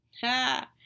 ha